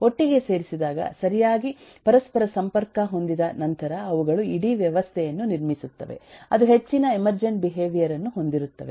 ಒಟ್ಟಿಗೆ ಸೇರಿಸಿದಾಗ ಸರಿಯಾಗಿ ಪರಸ್ಪರ ಸಂಪರ್ಕ ಹೊಂದಿದ ನಂತರ ಅವುಗಳು ಇಡೀ ವ್ಯವಸ್ಥೆಯನ್ನು ನಿರ್ಮಿಸುತ್ತವೆ ಅದು ಹೆಚ್ಚಿನ ಎಮೆರ್ಜೆಂಟ್ ಬಿಹೇವಿಯರ್ ಅನ್ನು ಹೊಂದಿರುತ್ತವೆ